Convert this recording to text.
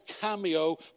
cameo